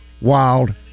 wild